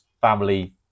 family